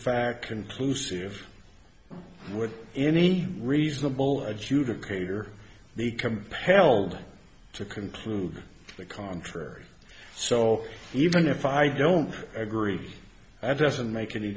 fact conclusive with any reasonable adjudicator be compelled to conclude the contrary so even if i don't agree that doesn't make any